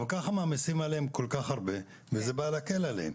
גם כך מעמיסים עליהם כל כך הרבה וזה בא להקל עליהם.